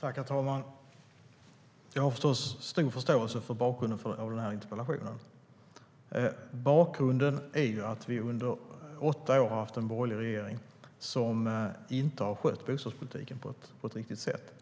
Herr talman! Jag har förstås stor förståelse för bakgrunden till den här interpellationen. Bakgrunden är att vi under åtta år har haft en borgerlig regering som inte har skött bostadspolitiken på ett riktigt sätt,